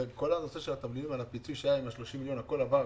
כל הנושא של התבלינים על הפיצוי שהיה עם ה-20 מיליון הכל עבר,